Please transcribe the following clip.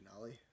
Denali